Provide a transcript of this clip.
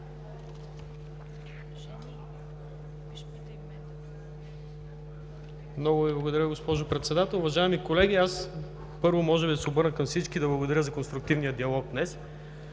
Много Ви благодаря, госпожо Председател. Уважаеми колеги! Първо, може би да се обърна към всички и да благодаря за конструктивния диалог днес.